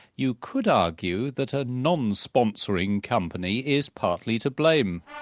you could argue that a non-sponsoring company is partly to blame.